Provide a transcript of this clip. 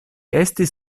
estis